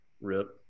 rip